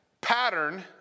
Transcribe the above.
pattern